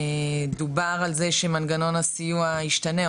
דובר על זה שמנגנון הסיוע ישתנה,